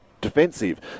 defensive